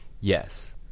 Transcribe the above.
Yes